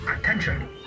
Attention